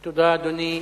תודה, אדוני.